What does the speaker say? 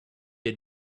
had